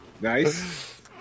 nice